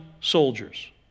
soldiers